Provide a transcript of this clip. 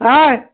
ହାଁଏ